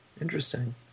Interesting